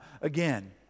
again